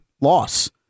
loss